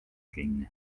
kinni